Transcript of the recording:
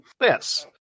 Yes